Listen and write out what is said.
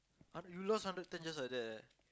you lost hundred ten just like that